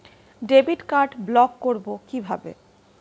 Debit card block করব কিভাবে?